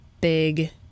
big